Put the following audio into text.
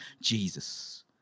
Jesus